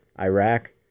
Iraq